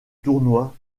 tournoi